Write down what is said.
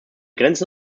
grenzen